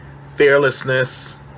fearlessness